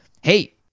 hey